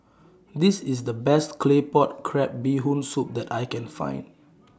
This IS The Best Claypot Crab Bee Hoon Soup that I Can Find